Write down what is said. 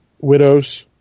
widows